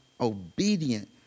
obedient